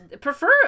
Prefer